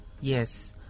Yes